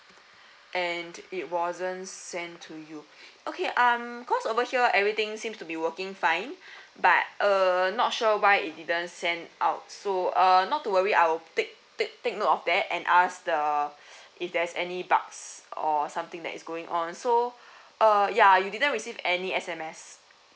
and it wasn't sent to you okay um cause over here everything seems to be working fine but err not sure why it didn't send out so uh not to worry I will take take take note of that and ask the if there's any bugs or something that is going on so uh ya you didn't receive any S_M_S